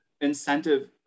incentive